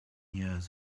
years